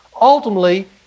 Ultimately